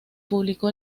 publicó